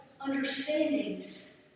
understandings